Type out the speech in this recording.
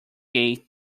gate